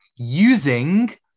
Using